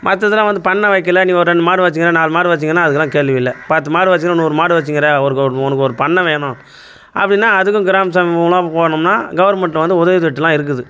மற்றதெல்லாம் வந்து பண்ணை வைக்கலை நீ ஒரு ரெண்டு மாடு வச்சுக்குற நாலு மாடு வச்சுக்குறன்னா அதுக்கெல்லாம் கேள்வியில்லை பத்து மாடு வச்சுக்குற நூறு மாடு வசசுக்குற உனக்கு ஒரு பண்ணை வேணும் அப்படின்னால் அதுக்கும் கிராம சபை மூலம் போனோம்னா கவர்மெண்டில் வந்து உதவித் திட்டமெல்லாம் இருக்குது